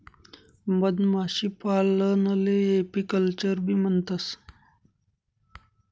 मधमाशीपालनले एपीकल्चरबी म्हणतंस